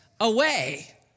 away